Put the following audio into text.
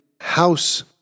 House